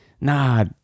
Nah